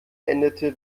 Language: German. endete